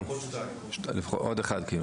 צריך לפחות 2. עוד אחת.